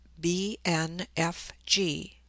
BNFG